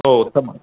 ओ उत्तमम्